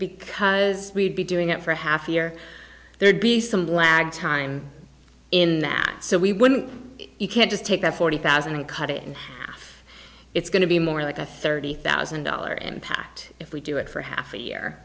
because we'd be doing it for half a year there'd be some lag time in that so we wouldn't you can't just take that forty thousand and cut it in half it's going to be more like a thirty thousand dollar impact if we do it for half a year